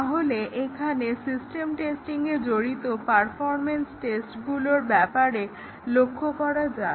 তাহলে এখানে সিস্টেম টেস্টিংয়ে জড়িত পারফরম্যান্স টেস্টগুলোর ব্যাপারে লক্ষ্য করা যাক